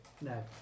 No